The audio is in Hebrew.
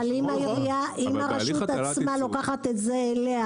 אם הרשות עצמה לוקחת את זה אליה,